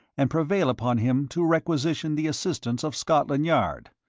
and prevail upon him to requisition the assistance of scotland yard.